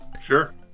Sure